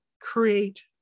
create